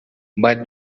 but